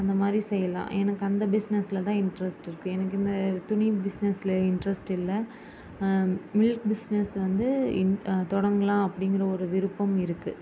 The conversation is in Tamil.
அந்தமாதிரி செய்யலாம் எனக்கு அந்த பிஸ்னஸ்ல தான் இன்ட்ரஸ்ட் இருக்குது எனக்கு இந்த துணி பிஸ்னஸ்ல இன்ட்ரஸ்ட் இல்லை மில்க் பிஸ்னஸ் வந்து இ தொடங்கலாம் அப்படிங்கிற ஒரு விருப்பம் இருக்குது